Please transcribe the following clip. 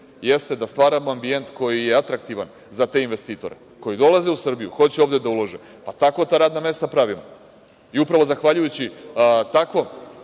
jeste da stvaramo ambijent koji je atraktivan za te investitore koji dolaze u Srbiju, hoće ovde da ulože, pa tako ta radna mesta pravimo. Upravo zahvaljujući takvom